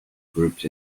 grouped